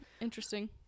Interesting